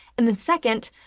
and then second,